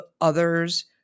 others